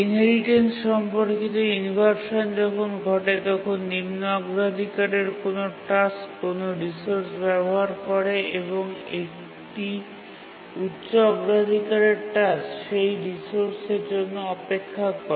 inheritance সম্পর্কিত inversion যখন ঘটে তখন নিম্ন অগ্রাধিকারের কোনও টাস্ক কোনও রিসোর্স ব্যবহার করে এবং একটি উচ্চ অগ্রাধিকারের টাস্ক সেই রিসোর্সের জন্য অপেক্ষা করে